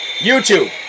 YouTube